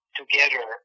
together